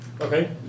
Okay